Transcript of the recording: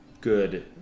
good